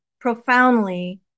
profoundly